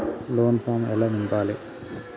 Loan form ఎలా నింపాలి?